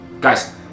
Guys